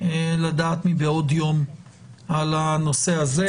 לדעת מבעוד יום על הנושא הזה,